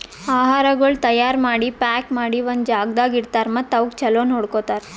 ಆಹಾರಗೊಳ್ ತೈಯಾರ್ ಮಾಡಿ, ಪ್ಯಾಕ್ ಮಾಡಿ ಒಂದ್ ಜಾಗದಾಗ್ ಇಡ್ತಾರ್ ಮತ್ತ ಅವುಕ್ ಚಲೋ ನೋಡ್ಕೋತಾರ್